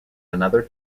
another